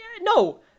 No